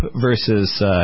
versus